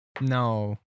No